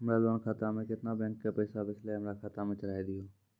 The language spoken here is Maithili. हमरा लोन खाता मे केतना बैंक के पैसा बचलै हमरा खाता मे चढ़ाय दिहो?